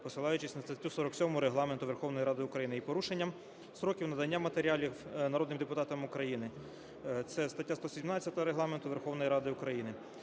посилаючись на статтю 47 Регламенту Верховної Ради України і порушенням строків надання матеріалів народним депутатам України (це стаття 117 Регламенту Верховної Ради України).